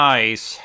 Nice